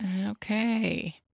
Okay